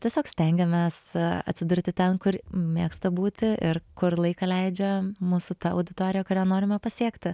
tiesiog stengiamės atsidurti ten kur mėgsta būti ir kur laiką leidžia mūsų auditorija kurią norime pasiekti